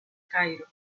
cairo